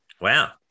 Wow